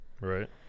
Right